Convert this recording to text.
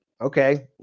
okay